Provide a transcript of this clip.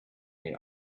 may